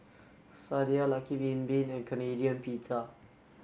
Sadia Lucky Bin Bin and Canadian Pizza